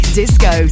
disco